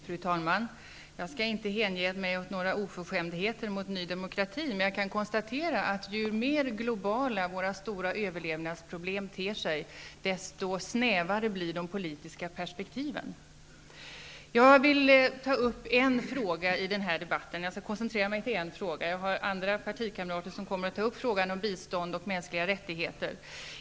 Fru talman! Jag skall inte hänge mig åt några oförskämdheter mot nydemokrati, men jag kan konstatera att ju mer globala våra stora överlevnadsproblem ter sig, desto snävare blir de politiska perspektiven. Jag vill ta upp en fråga i den här debatten. Jag har partikamrater som kommer att ta upp frågorna om bistånd och mänskliga rättigheter.